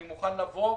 אני מוכן לבוא,